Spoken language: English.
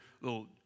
little